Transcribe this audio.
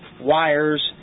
wires